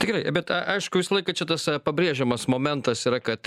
tikrai bet a aišku visą laiką čia tas a pabrėžiamas momentas yra kad